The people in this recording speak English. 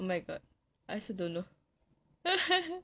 oh my god I also don't know